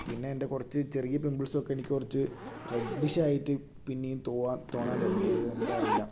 പിന്നെ എൻ്റെ കുറച്ച് ചെറിയ പിമ്പിൾസൊക്കെ എനിക്ക് കുറച്ച് റെഡ്ഡിഷായിട്ട് പിന്നെയും തൊവാം തോന്നാൻ തുടങ്ങി അത് എന്താ അറിയില്ല